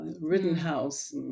Rittenhouse